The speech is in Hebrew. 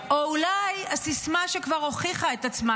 או אולי הסיסמה שכבר הוכיחה את עצמה,